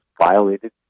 violated